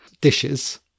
dishes